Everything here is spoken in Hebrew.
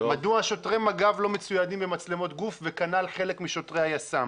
מדוע שוטרי מג"ב לא מצוידים במצלמות גוף וכנ"ל חלק משוטרי היס"מ.